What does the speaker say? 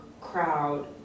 crowd